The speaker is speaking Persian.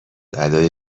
ادای